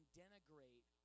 denigrate